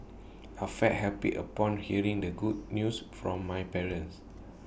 I felt happy upon hearing the good news from my parents